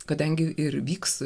kadangi ir vyks